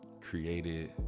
created